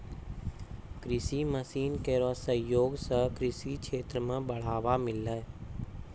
कृषि मसीन केरो सहयोग सें कृषि क्षेत्र मे बढ़ावा मिललै